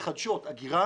מתחדשות, אגירה